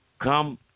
come